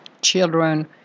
children